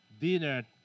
dinner